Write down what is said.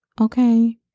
okay